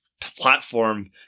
platform